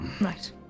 Right